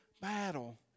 battle